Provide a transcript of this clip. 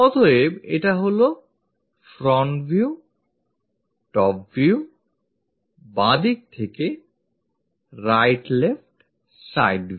অতএব এটা হলো front view top view বামদিক থেকে right left side view